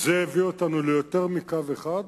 זה הביא אותנו ליותר מקו אחד,